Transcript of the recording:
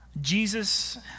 Jesus